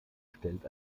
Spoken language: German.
stellt